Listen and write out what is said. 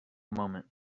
moment